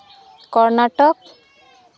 Karnataka